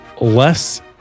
less